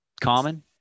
common